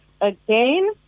again